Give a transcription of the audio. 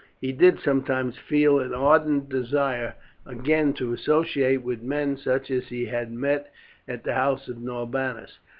he did sometimes feel an ardent desire again to associate with men such as he had met at the house of norbanus,